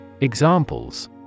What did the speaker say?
Examples